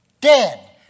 dead